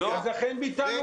אכן ביטלנו